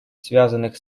связанных